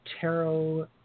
tarot